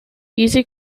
easy